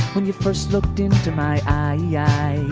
when you first looked into my eyes yeah